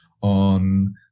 on